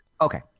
Okay